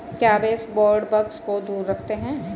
क्या baseboard bugs को दूर रखते हैं?